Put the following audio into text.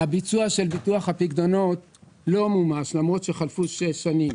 הביצוע של ביטוח הפיקדונות לא מומש למרות שחלפו שש שנים.